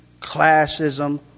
classism